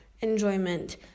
enjoyment